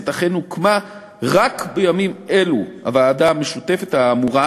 אכן הוקמה רק בימים אלו הוועדה המשותפת האמורה,